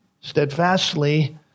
steadfastly